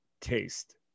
taste